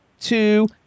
two